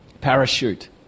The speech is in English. Parachute